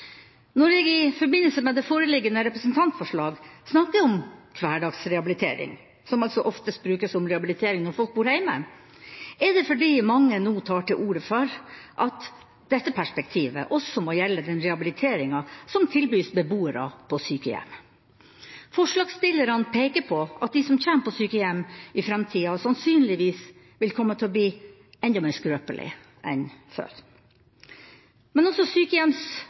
Når jeg i forbindelse med det foreliggende representantforslag snakker om hverdagsrehabilitering – som altså oftest brukes om rehabilitering når folk bor hjemme – er det fordi mange nå tar til orde for at dette perspektivet også må gjelde den rehabiliteringa som tilbys beboere på sykehjem. Forslagsstillerne peker på at de som kommer på sykehjem i framtida, sannsynligvis vil komme til å bli enda mer skrøpelige enn før. Men også